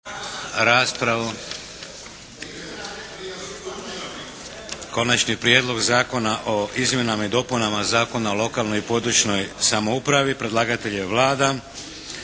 …- Konačni prijedlog Zakona o izmjenama i dopunama Zakona o lokalnoj i područnoj samoupravi. Predlagatelj je Vlada.